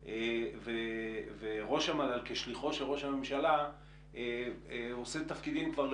נוספים שתיארו, חלקם בצורה